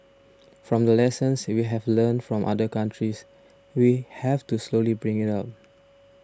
from the lessons we have learnt from other countries we have to slowly bring it up